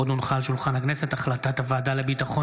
עוד הונחה על שולחן הכנסת: החלטת הוועדה לביטחון